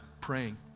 praying